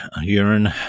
urine